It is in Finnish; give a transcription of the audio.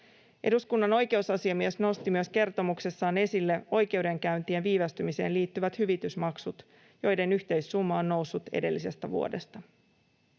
Eduskunnan oikeusasiamies nosti kertomuksessaan esille myös oikeudenkäyntien viivästymiseen liittyvät hyvitysmaksut, joiden yhteissumma on noussut edellisestä vuodesta.